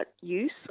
use